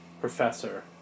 professor